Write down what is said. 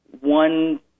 one